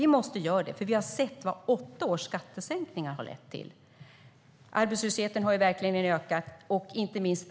Vi har sett vad åtta års skattesänkningar har lett till. Arbetslösheten har ökat.